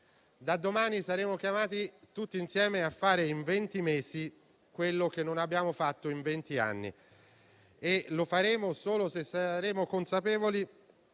Da domani saremo chiamati tutti insieme a fare, in venti mesi, quello che non abbiamo fatto in venti anni e lo faremo solo se saremo consapevoli